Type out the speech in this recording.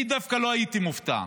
אני דווקא לא הייתי מופתע,